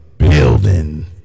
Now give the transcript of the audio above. Building